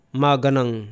maganang